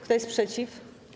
Kto jest przeciw?